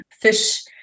fish